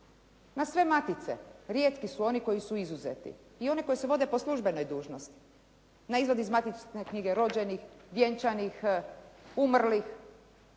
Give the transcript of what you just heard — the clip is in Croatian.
na sve matice. Rijetki su oni koji su izuzeti, i one koje se vode po službenoj dužnosti na Izvod iz matične knjige rođenih, vjenčanih, umrlih